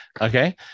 Okay